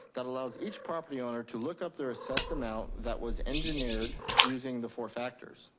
that allows each property owner to look up their assessed amount that was engineered using the four factors.